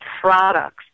products